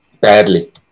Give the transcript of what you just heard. badly